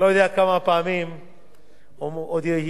עוד יינתן לי לעמוד על הדוכן הזה